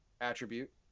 attribute